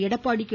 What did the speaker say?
Edappadi K